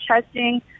testing